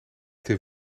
ter